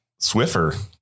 Swiffer